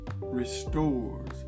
restores